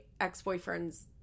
ex-boyfriend's